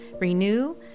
renew